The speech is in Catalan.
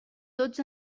tots